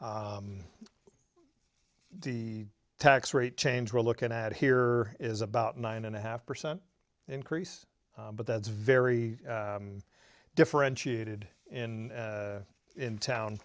the tax rate change we're looking at here is about nine and a half percent increase but that's very differentiated in in town